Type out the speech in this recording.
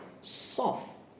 soft